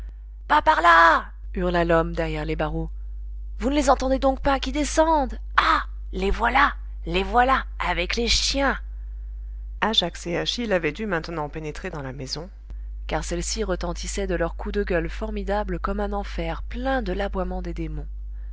pas par là hurla l'homme derrière les barreaux vous ne les entendez donc pas qui descendent ah les voilà les voilà avec les chiens ajax et achille avaient dû maintenant pénétrer dans la maison car celle-ci retentissait de leurs coups de gueule formidables comme un enfer plein de l'aboiement des démons